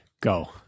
Go